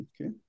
Okay